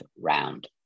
round